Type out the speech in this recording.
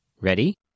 Ready